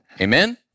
Amen